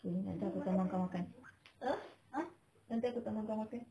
okay nanti aku teman kau makan uh nanti aku teman kau makan